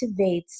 activates